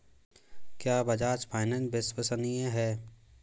क्या बजाज फाइनेंस विश्वसनीय है?